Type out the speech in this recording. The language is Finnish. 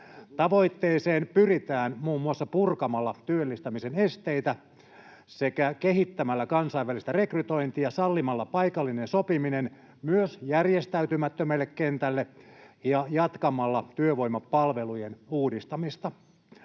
Tavoitteeseen pyritään muun muassa purkamalla työllistämisen esteitä sekä kehittämällä kansainvälistä rekrytointia sallimalla paikallinen sopiminen myös järjestäytymättömälle kentälle ja jatkamalla työvoimapalvelujen uudistamista.